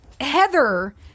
Heather